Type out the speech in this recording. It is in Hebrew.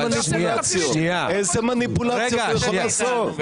איזה מניפולציות יכולים לעשות?